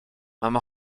mam